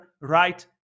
right